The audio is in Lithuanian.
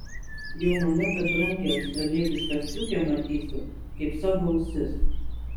jau maniau kad brangią australietišką striukę matysiu kaip savo ausis